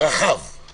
רחב בהצעת החוק.